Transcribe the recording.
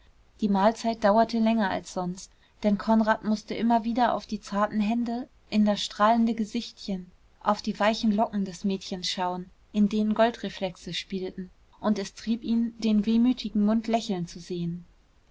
die mahlzeit dauerte länger als sonst denn konrad mußte immer wieder auf die zarten hände in das strahlende gesichtchen auf die weichen locken des mädchens schauen in denen goldreflexe spielten und es trieb ihn den wehmütigen mund lächeln zu sehen